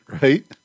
right